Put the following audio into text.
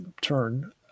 turn